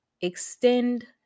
extend